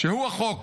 שהוא החוק